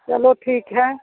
चलो ठीक है